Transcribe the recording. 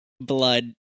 blood